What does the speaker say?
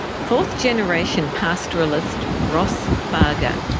fourth generation pastoralist ross fargher.